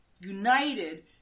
united